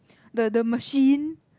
the the machine